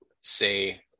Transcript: say